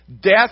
Death